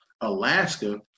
Alaska